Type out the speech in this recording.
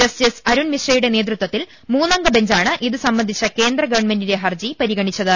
justice അരുൺമിശ്രയുടെ നേതൃത്വ ത്തിൽ മൂന്നംഗ ബെഞ്ചാണ് ഇതു സംബന്ധിച്ച കേന്ദ്ര ഗവൺമെന്റിന്റെ ഹർജി പരിഗണിച്ചത്